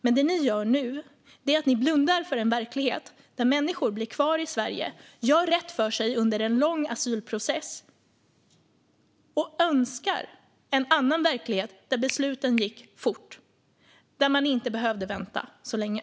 Men det som ni nu gör är att blunda för en verklighet där människor blir kvar i Sverige, gör rätt för sig under en lång asylprocess och önskar en annan verklighet där besluten går fort och de inte behöver vänta så länge.